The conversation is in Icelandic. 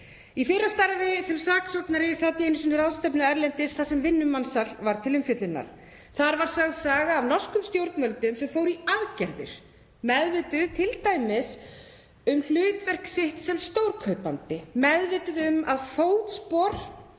Í fyrra starfi sem saksóknari sat ég einu sinni ráðstefnu erlendis þar sem vinnumansal var til umfjöllunar. Þar var sögð saga af norskum stjórnvöldum sem fóru í aðgerðir, meðvituð t.d. um hlutverk sitt sem stórkaupandi, meðvituð um að fótspor